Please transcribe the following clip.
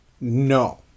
no